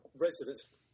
residents